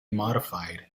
modified